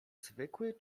zwykły